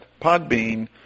Podbean